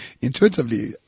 Intuitively